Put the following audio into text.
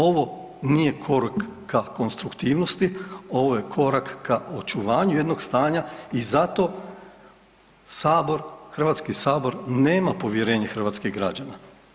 Ovo nije korak ka konstruktivnosti, ovo je korak ka očuvanju jednog stanja i zato sabor, Hrvatski sabor nema povjerenje hrvatskih građana.